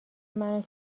منو